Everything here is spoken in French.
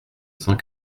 cent